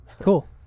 Cool